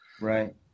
Right